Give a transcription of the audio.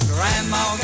Grandma